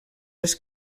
les